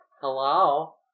Hello